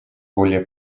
более